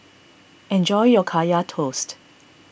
enjoy your Kaya Toast